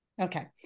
Okay